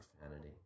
profanity